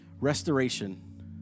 Restoration